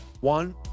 one